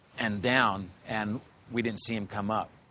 and down, and we didn't see him come up.